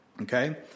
Okay